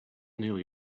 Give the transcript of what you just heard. neil